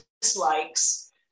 dislikes